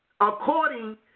according